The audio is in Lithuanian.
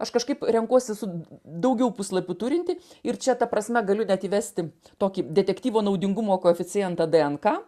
aš kažkaip renkuosi su daugiau puslapių turintį ir čia ta prasme galiu net įvesti tokį detektyvo naudingumo koeficientą dnk